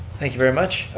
thank you very much.